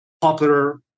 popular